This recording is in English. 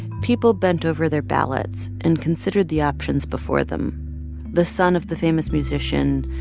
people bent over their ballots and considered the options before them the son of the famous musician,